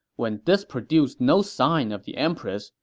when this produced no sign of the empress,